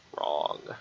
wrong